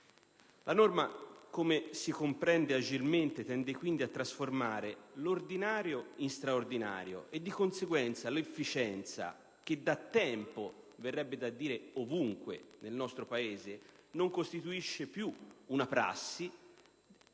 La norma, come si comprende agilmente, tende a trasformare l'ordinario in straordinario e, di conseguenza, l'efficienza, che da tempo - verrebbe da dire, ovunque nel nostro Paese - non costituisce più una prassi,